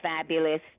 fabulous